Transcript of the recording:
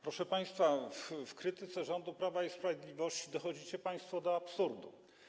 Proszę państwa, w krytyce rządu Prawa i Sprawiedliwości dochodzicie państwo do absurdu.